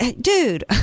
Dude